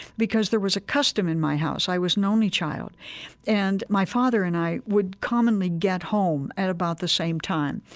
because there was a custom in my house i was an only child and my father and i would commonly get home at about the same time,